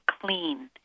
clean